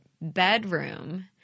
bedroom